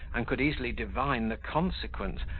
and could easily divine the consequence,